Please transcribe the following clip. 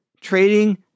trading